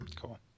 cool